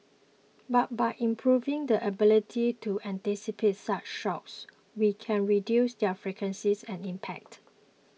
but by improving the ability to anticipate such shocks we can reduce their frequencies and impact